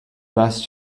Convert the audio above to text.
best